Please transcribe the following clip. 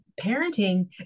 parenting